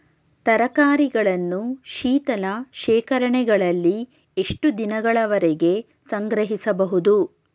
ತರಕಾರಿಗಳನ್ನು ಶೀತಲ ಶೇಖರಣೆಗಳಲ್ಲಿ ಎಷ್ಟು ದಿನಗಳವರೆಗೆ ಸಂಗ್ರಹಿಸಬಹುದು?